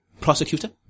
Prosecutor